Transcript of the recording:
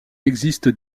existe